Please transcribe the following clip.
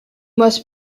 must